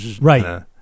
right